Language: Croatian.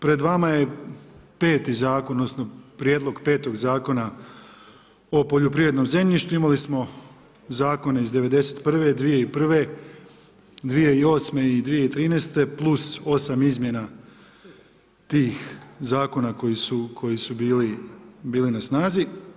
Pred vama je peti zakon odnosno prijedlog petog Zakona o poljoprivrednom zemljištu, imali smo zakone iz '91., 2001., 2008. i 2013. plus osam izmjena tih zakona koji su bili na snazi.